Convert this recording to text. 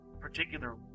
particular